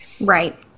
right